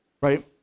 right